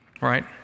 right